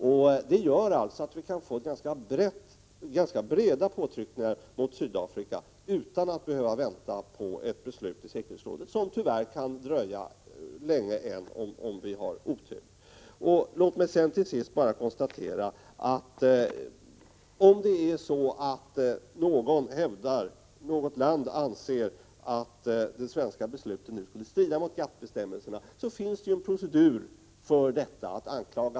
På detta sätt kan vi få till stånd ganska breda påtryckningar mot Sydafrika utan att behöva vänta på ett beslut i säkerhetsrådet, något som kan dröja länge än om vi har otur. Låt mig till sist bara för den händelse något land anser att det svenska — Prot. 1986/87:129 beslutet nu skulle strida mot GATT-bestämmelserna konstatera att det finns 22 maj 1987 en procedur för detta.